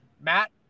Matt